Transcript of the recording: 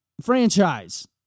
franchise